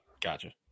Gotcha